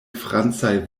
francaj